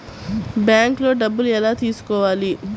బ్యాంక్లో డబ్బులు ఎలా తీసుకోవాలి?